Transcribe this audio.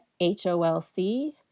HOLC